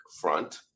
front